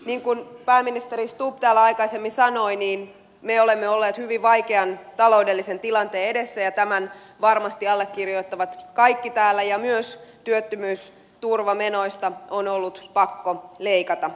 niin kuin pääministeri stubb täällä aikaisemmin sanoi me olemme olleet hyvin vaikean taloudellisen tilanteen edessä ja tämän varmasti allekirjoittavat kaikki täällä ja myös työttömyysturvamenoista on ollut pakko leikata